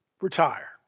retire